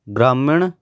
ਗ੍ਰਾਮੀਣ